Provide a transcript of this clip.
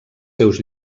seus